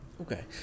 Okay